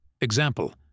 Example